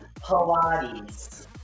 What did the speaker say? Pilates